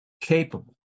capable